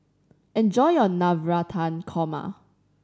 enjoy your Navratan Korma